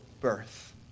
birth